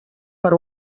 per